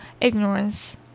ignorance